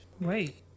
Wait